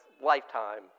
lifetime